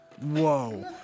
Whoa